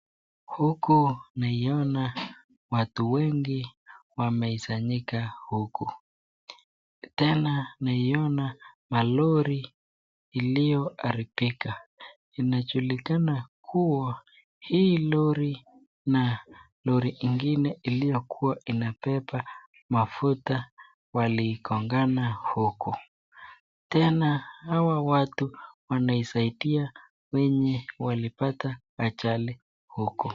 Huku naiona watu wengi wamekusanyika huku. Tena naiona malori iliyoharibika. Inajulikana kuwa hii lori na lori ingine iliyokuwa inabeba mafuta waligongana huku. Tena hawa watu wanaisaidia wenye walipata ajali huku.